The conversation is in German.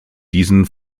diesen